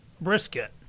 brisket